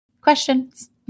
Questions